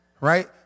Right